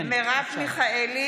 כן, בבקשה, מרב מיכאלי.